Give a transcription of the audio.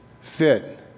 fit